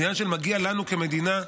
זה עניין של מגיע לנו כמדינה,